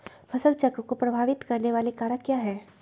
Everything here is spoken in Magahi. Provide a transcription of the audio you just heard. फसल चक्र को प्रभावित करने वाले कारक क्या है?